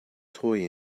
toy